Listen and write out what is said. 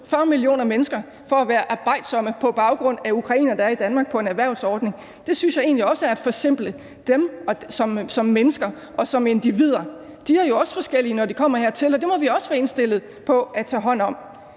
40 millioner mennesker for at være arbejdsomme på baggrund af ukrainere, der er i Danmark på en erhvervsordning, synes jeg egentlig også er at forsimple dem som mennesker og som individer. De er jo også forskellige, når de kommer hertil, og det må vi også være indstillet på at tage hånd om.